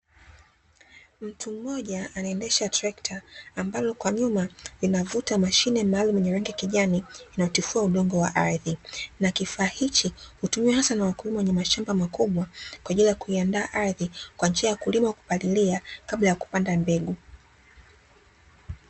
Mtu mmoja anaendesha trekta, ambalo kwa nyuma linavuta mashine maalumu yenye rangi ya kijani, inayotifua udongo wa ardhi na kifaa hiki hutumiwa hasa na wakulima wenye mashamba makubwa kwa ajli ya kuiandaa ardhi kwa njia ya kulima ama kupalilia kabla ya kupanda mbegu.